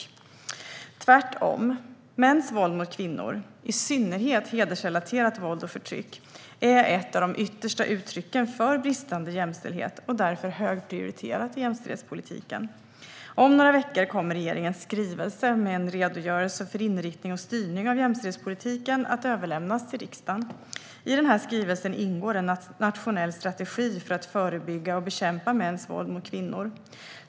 Det är tvärtom. Mäns våld mot kvinnor, i synnerhet hedersrelaterat våld och förtryck, är ett av de yttersta uttrycken för bristande jämställdhet och är därför högprioriterat i jämställdhetspolitiken. Om några veckor kommer regeringens skrivelse med en redogörelse för inriktning och styrning av jämställdhetspolitiken att överlämnas till riksdagen. I skrivelsen ingår en nationell strategi för att förebygga och bekämpa mäns våld mot kvinnor.